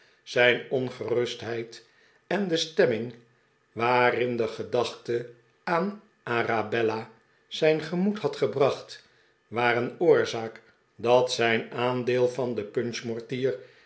zijn ongerustheid en de stemming waarin de gedachte aan arabella zijn gemoed had gebracht waren oorzaak dat zijn aandeel van den